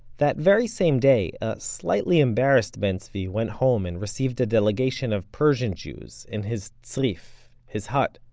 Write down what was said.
that very same day, a slightly embarrassed ben zvi went home and received a delegation of persian jews in his tzrif, his hut,